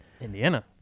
Indiana